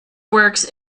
works